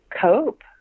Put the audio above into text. cope